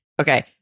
Okay